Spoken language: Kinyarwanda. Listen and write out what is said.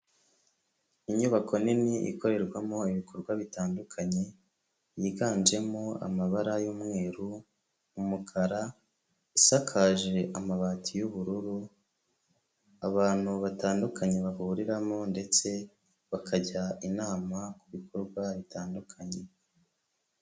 Inyubako nini ikorerwamo ibikorwa bitandukanye, yiganjemo amabara y'umweru, umukara, isakaje amabati y'ubururu, abantu batandukanye bahuriramo ndetse bakajya inama ku bikorwa bitandukanye.